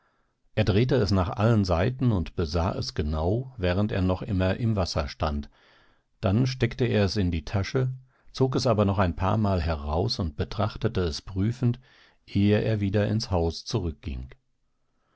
er drehte es nach allen seiten und besah es genau während er noch immer im wasser stand dann steckte er es in die tasche zog es aber noch ein paarmal heraus und betrachtete es prüfend ehe er wieder ins haus zurückging